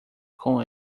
com